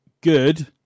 good